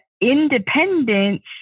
independence